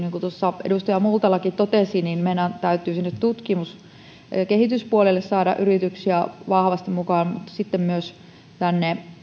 tuossa edustaja multalakin totesi meidän täytyisi nyt tutkimus ja kehityspuolelle saada yrityksiä vahvasti mukaan ja sitten myös tänne